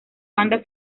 banda